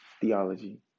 theology